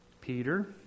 Peter